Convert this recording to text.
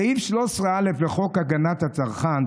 "סעיף 13א לחוק הגנת הצרכן,